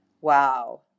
Wow